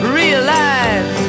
realize